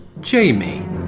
Jamie